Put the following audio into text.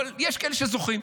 אבל יש כאלה שזוכים.